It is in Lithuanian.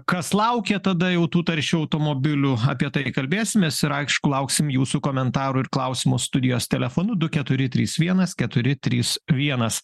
kas laukia tada jau tų taršių automobilių apie tai kalbėsimės ir aišku lauksim jūsų komentarų ir klausimų studijos telefonu du keturi trys vienas keturi trys vienas